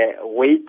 wait